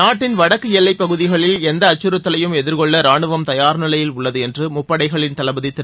நாட்டின் வடக்கு எல்லை பகுதிகளில் எந்த அச்சுறுத்தவையும் எதிர்கொள்ள ராணுவம் தயார் நிலையில் உள்ளது என்று முப்படைகளின் தளபதி திரு